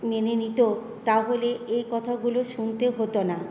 মেনে নিত তাহলে এই কথাগুলো শুনতে হতো না